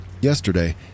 Yesterday